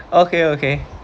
okay okay